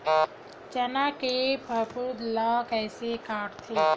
चना के फफूंद ल कइसे हटाथे?